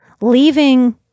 leaving